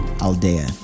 Aldea